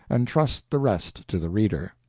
and trust the rest to the reader.